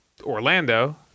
Orlando